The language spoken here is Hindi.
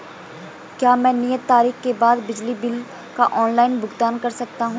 क्या मैं नियत तारीख के बाद बिजली बिल का ऑनलाइन भुगतान कर सकता हूं?